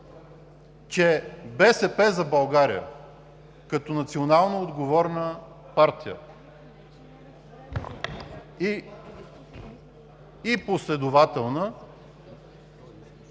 че „БСП за България“ като национално отговорна и последователна